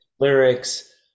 lyrics